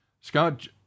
Scott